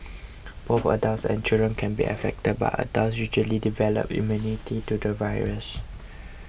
both adults and children can be affected but adults usually develop immunity to the virus